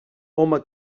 home